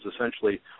essentially